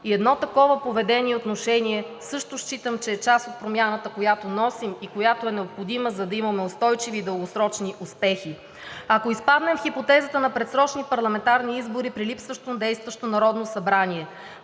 И едно такова поведение и отношение също считам, че е част от промяната, която носим и която е необходима, за да имаме устойчиви и дългосрочни успехи. Ако изпаднем в хипотезата на предсрочни парламентарни избори при липсващо действащо Народно събрание,